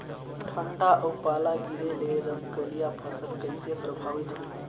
ठंडा अउ पाला गिरे ले रमकलिया फसल कइसे प्रभावित होही?